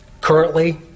currently